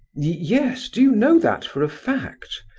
yes? do you know that for a fact?